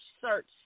search